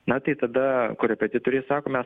na tai tada korepetitoriai sako mes